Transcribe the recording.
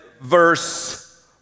verse